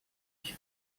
ich